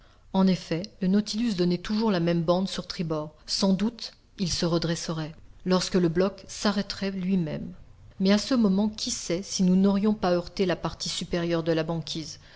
en effet le nautilus donnait toujours la même bande sur tribord sans doute il se redresserait lorsque le bloc s'arrêterait lui-même mais à ce moment qui sait si nous n'aurions pas heurté la partie supérieure de la banquise